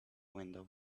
window